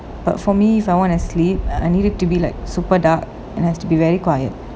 but for me if I want to sleep I need it to be like super dark and has to be very quiet